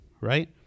Right